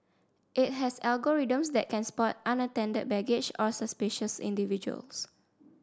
it has algorithms that can spot unattended baggage or suspicious individuals